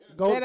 go